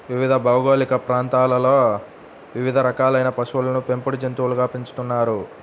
వివిధ భౌగోళిక ప్రాంతాలలో వివిధ రకాలైన పశువులను పెంపుడు జంతువులుగా పెంచుతున్నారు